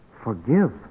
Forgive